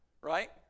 right